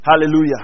Hallelujah